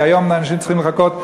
היום אנשים צריכים לחכות,